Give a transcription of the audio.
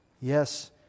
Yes